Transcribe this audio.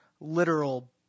literal